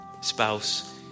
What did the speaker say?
spouse